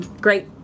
great